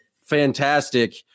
fantastic